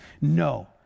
No